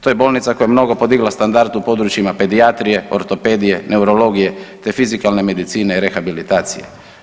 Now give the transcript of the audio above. To je bolnica koja je mnogo podigla standard u područjima pedijatrije, ortopedije, neurologije te fizikalne medicine i rehabilitacije.